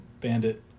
Bandit